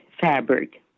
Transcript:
fabric